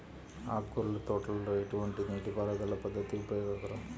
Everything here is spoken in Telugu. ఆకుకూరల తోటలలో ఎటువంటి నీటిపారుదల పద్దతి ఉపయోగకరం?